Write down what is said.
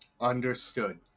Understood